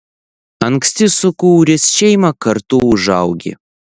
anksti sukūręs šeimą kartu užaugi